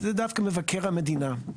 זה דווקא מבקר המדינה.